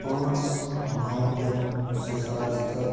پانٛژھ نَومبَر زٕ ساس تہٕ